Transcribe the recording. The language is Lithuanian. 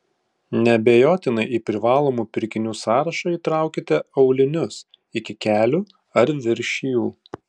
neabejotinai į privalomų pirkinių sąrašą įtraukite aulinius iki kelių ar virš jų